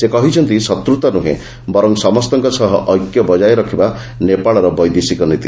ସେ କହିଛନ୍ତି ଶତ୍ରୁତା ନୁହେଁ ସମସ୍ତଙ୍କ ସହ ଐକ୍ୟ ବଜାୟ ରଖିବା ନେପାଳର ବୈଦେଶିକ ନୀତି